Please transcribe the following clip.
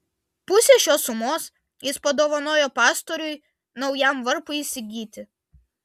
pusę šios sumos jis padovanojo pastoriui naujam varpui įsigyti